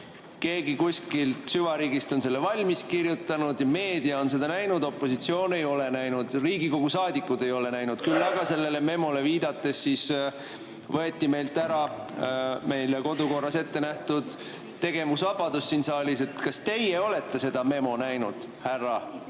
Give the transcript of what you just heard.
Keegi kuskilt süvariigist on selle valmis kirjutanud ja meedia on seda näinud, opositsioon ei ole näinud, Riigikogu saadikud ei ole näinud. Küll aga sellele memole viidates võeti meilt ära meile kodukorras ette nähtud tegevusvabadus siin saalis. Kas teie olete seda memo näinud, härra